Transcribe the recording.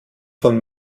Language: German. von